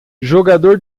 jogador